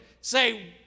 say